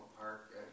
park